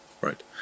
right